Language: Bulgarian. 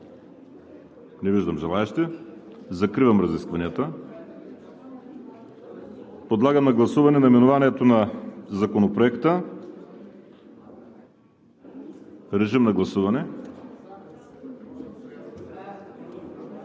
Не виждам. Закривам разискванията. Подлагам на гласуване наименованието на Законопроекта. Гласували